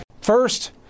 First